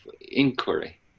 inquiry